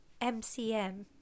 MCM